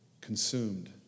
consumed